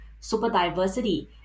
superdiversity